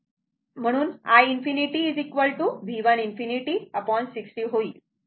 म्हणून i ∞ V 1 ∞ 60 होईल